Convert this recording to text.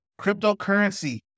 Cryptocurrency